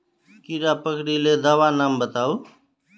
कीड़ा पकरिले दाबा नाम बाताउ?